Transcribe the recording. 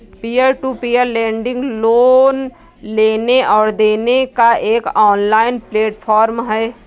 peer to peer lending loan लेने और देने का एक ऑनलाइन प्लेटफ़ॉर्म है